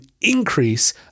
increase